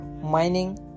mining